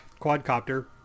quadcopter